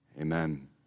Amen